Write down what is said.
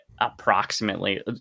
approximately